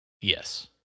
Yes